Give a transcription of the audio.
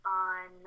on